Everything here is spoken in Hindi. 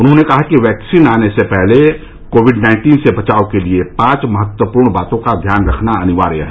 उन्होंने कहा कि वैक्सीन आने से पहले कोविड नाइन्टीन से बचाव के लिए पांच महत्वपूर्ण बातों का ध्यान रखना अनिवार्य है